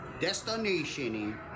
destination